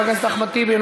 חבר הכנסת אחמד טיבי,